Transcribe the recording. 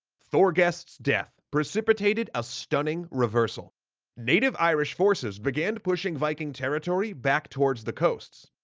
thorgest's death precipitated a stunning reversal native irish forces began pushing viking territory back towards the coasts.